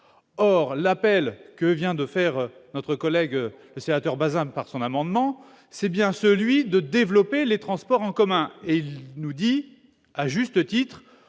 or à l'appel que vient de faire notre collègue le sénateur Bazin par son amendement, c'est bien celui de développer les transports en commun et il nous dit, à juste titre